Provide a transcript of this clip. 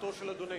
ברשותו של אדוני.